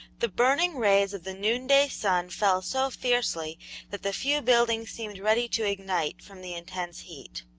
the burning rays of the noonday sun fell so fiercely that the few buildings seemed ready to ignite from the intense heat.